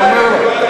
אני אומר לך,